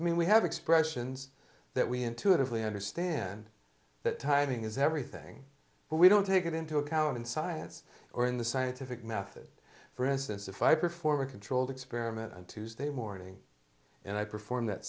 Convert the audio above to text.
i mean we have expressions that we intuitively understand that timing is everything but we don't take it into account in science or in the scientific method for instance if i perform a controlled experiment on tuesday morning and i perform that